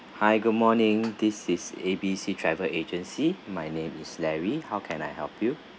hi good morning this is A B C travel agency my name is larry how can I help you